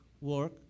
work